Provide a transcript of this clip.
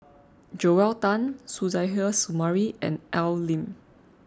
Joel Tan Suzairhe Sumari and Al Lim